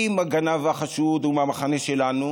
אם הגנב החשוד הוא מהמחנה שלנו,